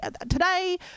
today